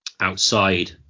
outside